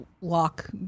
lock